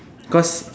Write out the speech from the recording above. cause